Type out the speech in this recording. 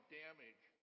damage